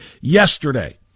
yesterday